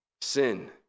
Sin